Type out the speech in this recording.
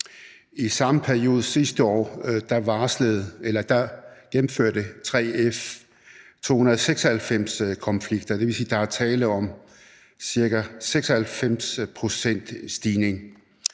I samme periode sidste år gennemførte 3F 296 konflikter. Det vil sige, at der er tale om en stigning